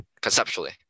conceptually